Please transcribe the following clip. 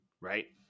right